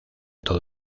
todo